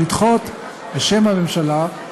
בשם הממשלה,